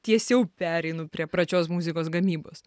tiesiau pereinu prie pračios muzikos gamybos